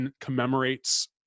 commemorates